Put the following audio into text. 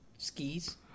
skis